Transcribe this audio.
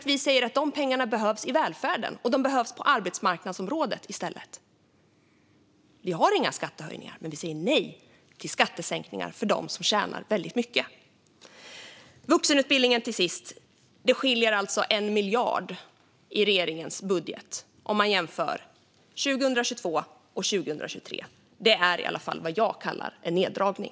Vi säger att de pengarna behövs i välfärden, och de behövs på arbetsmarknadsområdet i stället. Vi har inga skattehöjningar, men vi säger nej till skattesänkningar för dem som tjänar väldigt mycket. Till sist vill jag kommentera detta med vuxenutbildningen. Det skiljer alltså 1 miljard om man jämför 2022 och 2023 i regeringens budget. Det är i alla fall vad jag kallar en neddragning.